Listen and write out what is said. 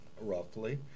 roughly